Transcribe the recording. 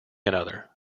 another